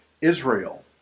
Israel